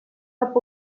cap